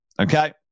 Okay